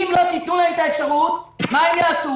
אם לא תתנו להם את האפשרות, מה הם יעשו?